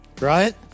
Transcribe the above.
right